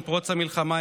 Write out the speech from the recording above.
עם פרוץ המלחמה,